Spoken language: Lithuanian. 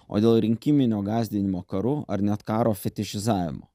o dėl rinkiminio gąsdinimo karu ar net karo fetišizavimo